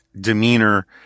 demeanor